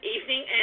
evening